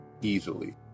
easily